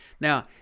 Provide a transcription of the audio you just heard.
Now